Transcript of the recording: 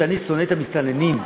שאני שונא את המסתננים,